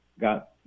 got